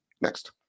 Next